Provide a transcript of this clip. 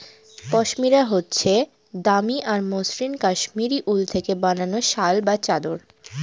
পশমিনা হচ্ছে দামি আর মসৃণ কাশ্মীরি উল থেকে বানানো শাল বা চাদর